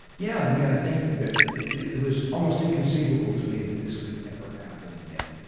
yeah, i mean, i think that it was almost inconceivable to me that this could ever happen again.